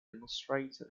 demonstrates